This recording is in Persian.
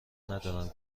ندارم